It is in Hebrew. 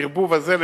הערבוב הזה,